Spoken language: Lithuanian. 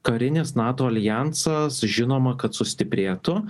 karinis nato aljansas žinoma kad sustiprėtų